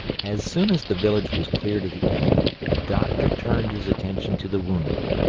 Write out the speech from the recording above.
as soon as the village was cleared of the enemy the doctor turned his attention to the wounded.